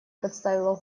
подставила